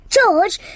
George